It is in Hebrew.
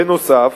בנוסף,